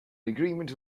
agreement